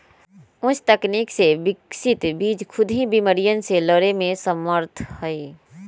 उच्च तकनीक से विकसित बीज खुद ही बिमारियन से लड़े में समर्थ हई